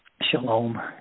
Shalom